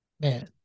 man